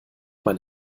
mein